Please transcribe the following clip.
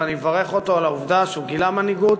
ואני מברך אותו על העובדה שהוא גילה מנהיגות,